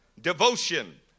devotion